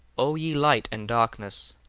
o ye light and darkness,